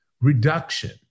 reduction